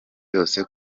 yose